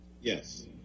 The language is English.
Yes